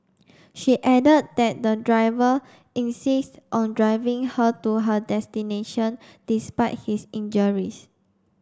she added that the driver insist on driving her to her destination despite his injuries